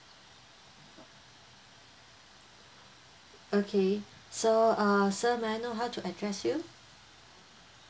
okay so err sir may I know how to address you